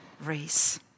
race